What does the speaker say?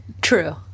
true